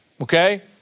okay